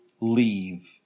leave